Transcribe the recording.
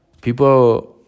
people